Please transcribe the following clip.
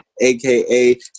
aka